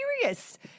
serious